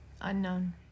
unknown